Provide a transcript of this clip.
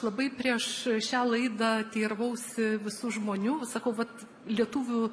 labai prieš šią laidą teiravausi visų žmonių sakau vat lietuvių